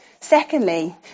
Secondly